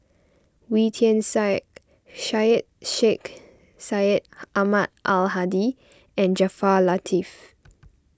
Wee Tian Siak Syed Sheikh Syed Ahmad Al Hadi and Jaafar Latiff